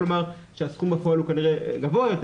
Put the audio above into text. כלומר שהסכום בפועל הוא כנראה גבוה יותר,